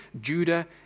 Judah